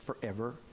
forever